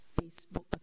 Facebook